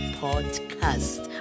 podcast